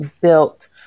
built